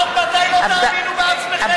עד מתי לא תאמינו בעצמכם?